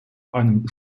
einem